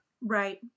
Right